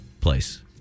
place